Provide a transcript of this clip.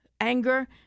Anger